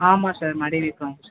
ஆமாம் சார் மடி வீக்கம் இருக்கு சார்